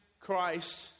Christ